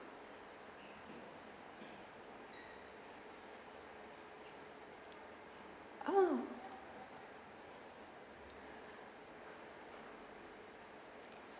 ah